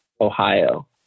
Ohio